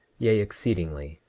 yea, exceedingly,